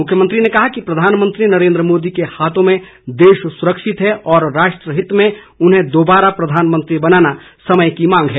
मुख्यमंत्री ने कहा कि प्रधानमंत्री नरेन्द्र मोदी के हाथों में देश सुरक्षित है और राष्ट्रहित में उन्हें दोबारा प्रधानमंत्री बनाना समय की मांग है